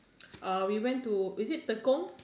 uh we went to is it Tekong